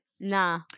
nah